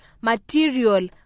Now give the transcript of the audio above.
material